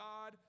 God